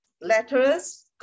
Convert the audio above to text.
letters